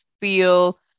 feel